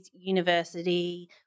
university